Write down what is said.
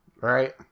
right